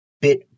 bit